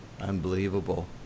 unbelievable